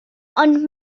ond